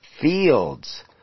fields